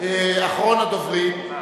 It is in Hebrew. אחרון הדוברים,